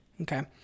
Okay